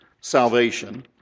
salvation